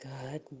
good